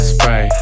Spray